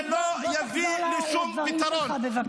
זה לא יביא לשום פתרון.